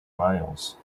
miles